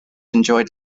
enjoyed